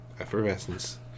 effervescence